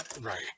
Right